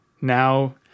now